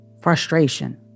frustration